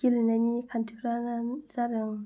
गेलेनायनि खान्थिफ्रा जादों